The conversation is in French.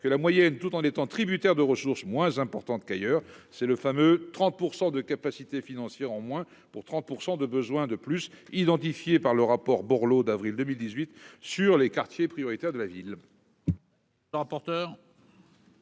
que la moyenne, tout en étant tributaires de ressources moins élevées qu'ailleurs. C'est le fameux « 30 % de capacités financières en moins pour 30 % de besoins en plus », identifié par le rapport Borloo du mois d'avril 2018 sur les quartiers prioritaires de la ville.